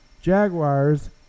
Jaguars